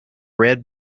red